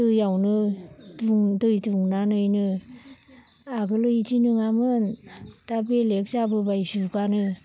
दैयावनो दुं दै दुंनानैनो आगोल इदि नङामोन दा बेलेग जाबोबाय जुगानो